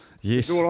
Yes